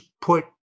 put